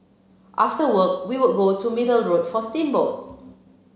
after work we would go to Middle Road for steamboat